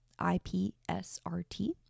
IPSRT